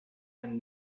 and